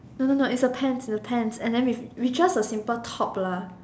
no no no it's a pants the pants and then its with just a simple top lah